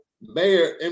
Mayor